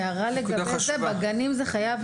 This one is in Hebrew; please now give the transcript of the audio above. אני עשיתי את הבדיקה הזו והגעתי לסכום כפול,